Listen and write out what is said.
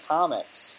Comics